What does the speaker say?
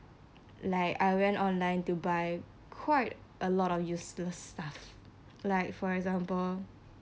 like I went online to buy quite a lot of useless stuff like for example